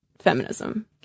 feminism